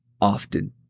often